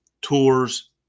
tours